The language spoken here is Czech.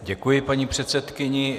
Děkuji paní předsedkyni.